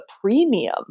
premium